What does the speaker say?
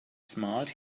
smiled